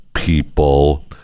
People